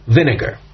vinegar